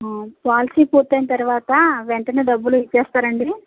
policy పూర్తి అయిన తరువాత వెంటనే డబ్బులు ఇచ్చేస్తారా అండి